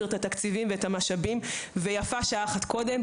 את התקציבים ואת המשאבים ויפה שעה אחת קודם.